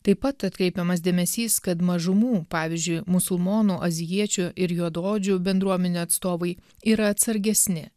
taip pat atkreipiamas dėmesys kad mažumų pavyzdžiui musulmonų azijiečių ir juodaodžių bendruomenių atstovai yra atsargesni